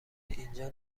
اینجا